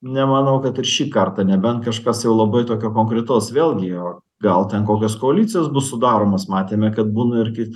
nemanau kad ir šį kartą nebent kažkas jau labai tokio konkretaus vėlgi o gal ten kokios koalicijos bus sudaromos matėme kad būna irgi